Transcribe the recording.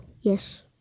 Yes